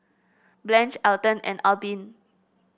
Blanch Elton and Albin